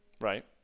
right